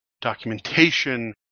documentation